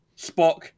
Spock